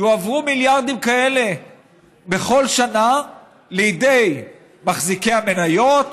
יועברו מיליארדים כאלה בכל שנה לידי מחזיקי המניות,